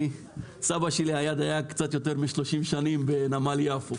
סבא שלי היה דייג קצת יותר מ-30 שנים בנמל יפו